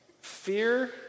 Fear